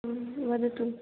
आं वदतु